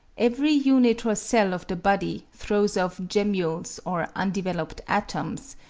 every unit or cell of the body throws off gemmules or undeveloped atoms,